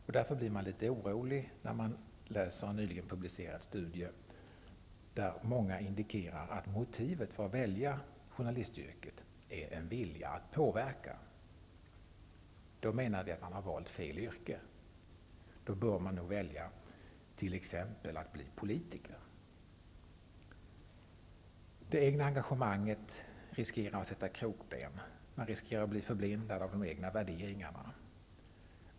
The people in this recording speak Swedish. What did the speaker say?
Man blir därför litet orolig när man läser en nyligen publicerad studie som indikerar att motivet för att välja journalistyrket är en vilja att påverka. Vi menar att man då har valt fel yrke. Då bör man nog välja att bli t.ex. politiker. Det egna engagemanget riskerar att sätta krokben, man riskerar att bli förblindad av de egna värderingarna.